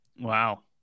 wow